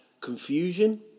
confusion